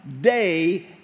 day